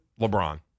LeBron